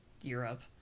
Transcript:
Europe